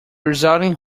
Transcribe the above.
resulting